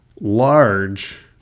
large